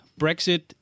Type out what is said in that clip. Brexit